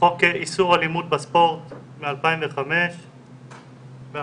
חוק איסור אלימות בספורט מ-2005 ואנחנו